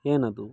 ಏನದು